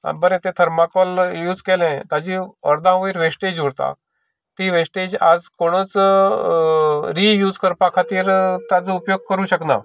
आतां बरें तें थरमाकोल यूज केलें ताजी अर्दां वयर वेस्टेज उरता ती वेस्टेज आज कोणूच रियूज करपा खातीर ताजो उपयोग करूंक शकना